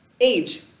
age